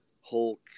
Hulk